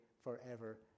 forever